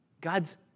God's